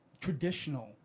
traditional